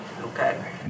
Okay